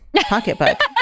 pocketbook